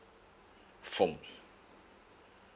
foams